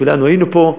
כולנו היינו פה,